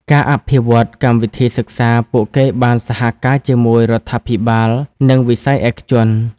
ការអភិវឌ្ឍកម្មវិធីសិក្សាពួកគេបានសហការជាមួយរដ្ឋាភិបាល និងវិស័យឯកជន។